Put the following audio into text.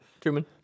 Truman